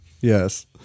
Yes